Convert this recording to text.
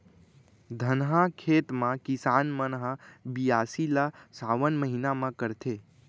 धनहा खेत म किसान मन ह बियासी ल सावन महिना म करथे